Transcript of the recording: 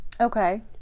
Okay